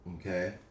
okay